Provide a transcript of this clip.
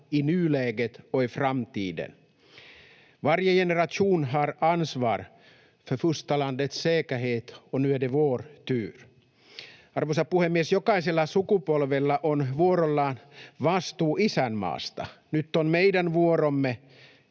i nuläget och i framtiden. Varje generation har ansvar för fosterlandets säkerhet, och nu är det vår tur. Arvoisa puhemies! Jokaisella sukupolvella on vuorollaan vastuu isänmaasta. Nyt on meidän vuoromme